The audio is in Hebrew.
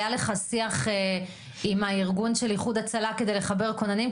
היה לך שיח עם הארגון של איחוד הצלה כדי לחבר כוננים?